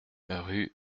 rue